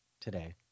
today